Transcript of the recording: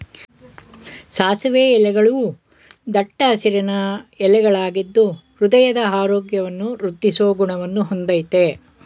ಸಾಸಿವೆ ಎಲೆಗಳೂ ದಟ್ಟ ಹಸಿರಿನ ಎಲೆಗಳಾಗಿದ್ದು ಹೃದಯದ ಆರೋಗ್ಯವನ್ನು ವೃದ್ದಿಸೋ ಗುಣವನ್ನ ಹೊಂದಯ್ತೆ